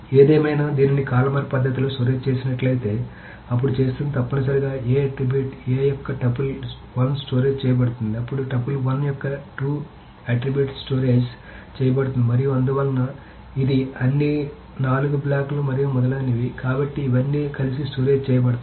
ఏదేమైనా దీనిని కాలుమనార్ పద్ధతిలో స్టోరేజ్ చేసినట్లయితే అప్పుడు చేస్తున్నది తప్పనిసరిగా A అట్రిబ్యూట్ A యొక్క టపుల్ 1 స్టోరేజ్ చేయబడుతుంది అప్పుడు టపుల్ 1 యొక్క 2 అట్రిబ్యూట్ స్టోరేజ్ చేయబడుతుంది మరియు అందువలన ఇది అన్ని నాలుగు బ్లాక్లు మరియు మొదలైనవి కాబట్టి ఇవన్నీ కలిసి స్టోరేజ్ చేయబడతాయి